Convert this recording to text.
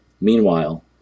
Meanwhile